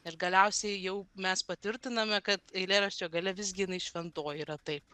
ir galiausiai jau mes patvirtiname kad eilėraščio gale visgi jinai šventoji yra taip